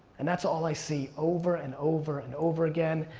and that's all i see over and over and over again.